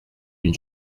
une